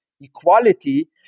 equality